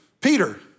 Peter